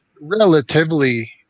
relatively